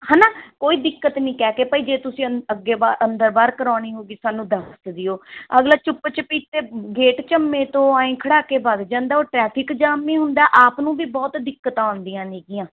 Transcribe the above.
ਹੈ ਨਾ ਕੋਈ ਦਿੱਕਤ ਨਹੀਂ ਕਹਿ ਕੇ ਭਈ ਜੇ ਤੁਸੀਂ ਅੰਦ ਅੱਗੇ ਬਾਹਰ ਅੰਦਰ ਬਾਹਰ ਕਰਾਉਣੀ ਹੋਊਗੀ ਸਾਨੂੰ ਦੱਸ ਦਿਓ ਅਗਲਾ ਚੁੱਪ ਚਪੀਤੇ ਗੇਟ ਝੰਮੇ ਤੋਂ ਐਂ ਖੜ੍ਹਾ ਕੇ ਵੱਗ ਜਾਂਦਾ ਔਰ ਟਰੈਫਿਕ ਜਾਮ ਵੀ ਹੁੰਦਾ ਆਪ ਨੂੰ ਵੀ ਬਹੁਤ ਦਿੱਕਤਾਂ ਆਉਂਦੀਆਂ ਨੇ ਗੀਆਂ